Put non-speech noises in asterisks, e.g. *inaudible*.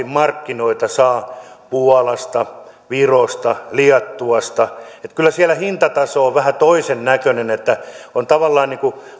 *unintelligible* markkinoita saa puolasta virosta liettuasta kyllä siellä hintataso on vähän toisennäköinen on tavallaan